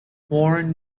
warren